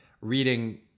reading